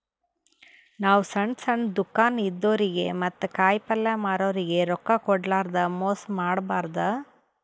ನಾವ್ ಸಣ್ಣ್ ಸಣ್ಣ್ ದುಕಾನ್ ಇದ್ದೋರಿಗ ಮತ್ತ್ ಕಾಯಿಪಲ್ಯ ಮಾರೋರಿಗ್ ರೊಕ್ಕ ಕೋಡ್ಲಾರ್ದೆ ಮೋಸ್ ಮಾಡಬಾರ್ದ್